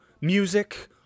music